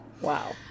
Wow